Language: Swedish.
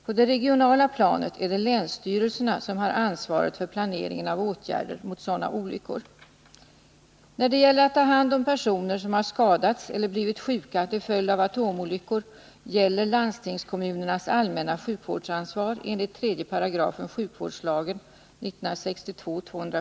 På det regionala planet är det länsstyrelserna som har ansvaret för planeringen av åtgärder mot sådana olyckor. När det gäller att ta hand om personer som har skadats eller blivit sjuka till följd av atomolyckor gäller landstingskommunernas allmänna sjukvårdsansvar enligt 3 § sjukvårdslagen .